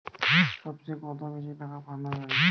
সব চেয়ে কত বেশি টাকা পাঠানো যাবে?